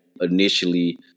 initially